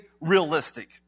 realistic